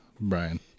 Brian